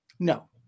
no